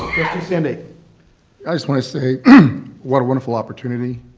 sandate i just want to say what a wonderful opportunity